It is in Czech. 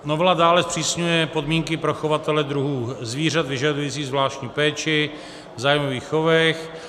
Novela dále zpřísňuje podmínky pro chovatele druhů zvířat vyžadujících zvláštní péči v zájmových chovech.